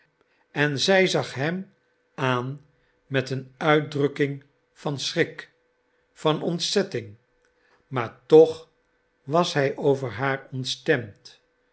en zij zag hem aan met een uitdrukking van schrik van ontzetting maar toch was hij over haar